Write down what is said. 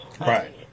Right